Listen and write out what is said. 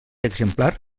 exemplar